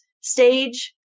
stage